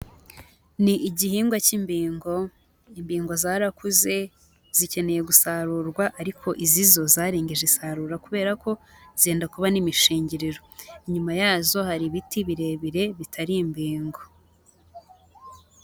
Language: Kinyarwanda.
Ni igihingwa cy'imbingo, imbingo zarakuze, zikeneye gusarurwa, ariko izi zo zarengeje isarura kubera ko zenda kuba n'imishingiriro. Inyuma yazo hari ibiti birebire bitari imbingo.